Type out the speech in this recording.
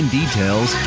details